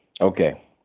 okay